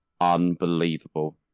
unbelievable